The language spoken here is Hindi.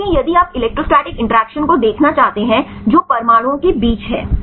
क्योंकि यदि आप इलेक्ट्रोस्टैटिक इंटरैक्शन को देखना चाहते हैं जो परमाणुओं के बीच है